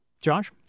Josh